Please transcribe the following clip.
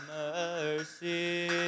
mercy